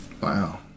Wow